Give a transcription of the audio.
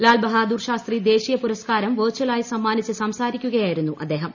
ലാൽ ബഹാദൂർ ശാസ്ത്രി ദ്ദേശീയ പുരസ്കാരം വെർചലായി സമ്മാനിച്ച് സംസാരിക്കുകയായിരുന്നു അദ്ദേഹം